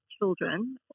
children